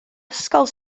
ysgol